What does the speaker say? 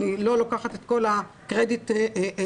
אני לא לוקחת את כל הקרדיט אלי